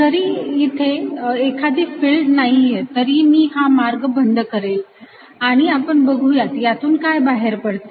जरी इथे एखादी फिल्ड नाहीये तरी मी हा मार्ग बंद करेल आणि आपण बघुयात यातून काय बाहेर पडते